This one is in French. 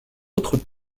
autres